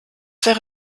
wäre